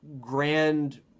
grand